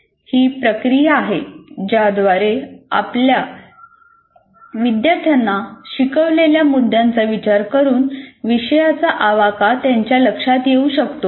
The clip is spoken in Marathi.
ही प्रक्रिया आहे ज्याद्वारे आपल्या विद्यार्थ्यांना शिकवलेल्या मुद्द्यांचा विचार करून विषयाचा आवाका त्यांच्या लक्षात येऊ शकतो